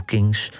Kings